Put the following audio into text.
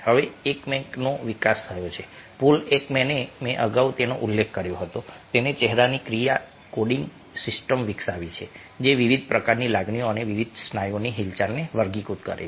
હવે એકમેનનો વિકાસ થયો છે પોલ એકમેન મેં અગાઉ તેનો ઉલ્લેખ કર્યો છે તેણે ચહેરાની ક્રિયા કોડિંગ સિસ્ટમ વિકસાવી છે જે વિવિધ પ્રકારની લાગણીઓ અને વિવિધ સ્નાયુઓની હિલચાલને વર્ગીકૃત કરે છે